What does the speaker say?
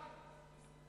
כן.